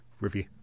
review